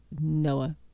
Noah